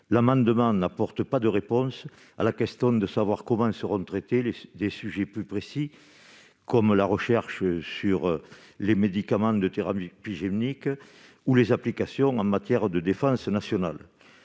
amendement ne permet pas de savoir comment seront traités les sujets plus précis, comme la recherche sur les médicaments de thérapie génique ou les applications en matière de défense nationale.